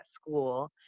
school